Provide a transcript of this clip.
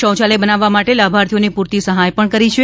શૌયાલય બનાવવા માટે લાભાર્થીઓને પૂરતી સહાય પણ કરી છે